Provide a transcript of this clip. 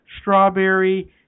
strawberry